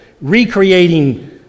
recreating